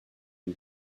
une